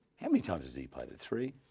how many times has he played it three?